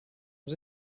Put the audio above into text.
und